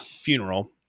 funeral